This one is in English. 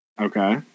Okay